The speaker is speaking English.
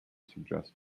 suggest